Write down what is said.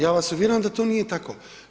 Ja vas uvjeravam da to nije tako.